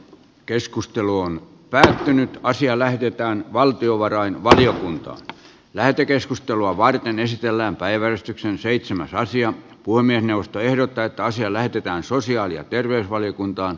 puhemiesneuvosto ehdottaa että asia lähetetään valtiovarainvaliokuntaan lähetekeskustelua varten esitellään päiväystyksen seitsemän raisio pulmien ostoehdot täyttä asiaa lähdetään sosiaali ja terveysvaliokuntaan